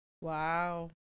Wow